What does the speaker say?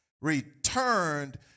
returned